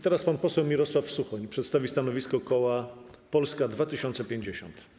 Teraz pan poseł Mirosław Suchoń przedstawi stanowisko koła Polska 2050.